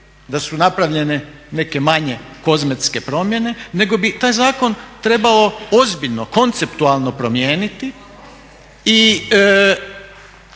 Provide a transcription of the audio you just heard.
da su napravljene neke manje kozmetske promjene, nego bi taj zakon trebalo ozbiljno, konceptualno promijeniti.